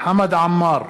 חמד עמאר,